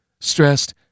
stressed